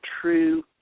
true